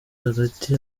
hagati